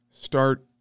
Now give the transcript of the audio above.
start